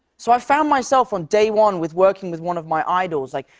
so i found myself on day one with working with one of my idols, like,